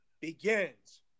begins